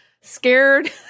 scared